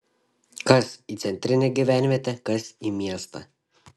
kas į centrinę gyvenvietę kas į miestą